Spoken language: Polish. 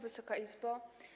Wysoka Izbo!